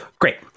Great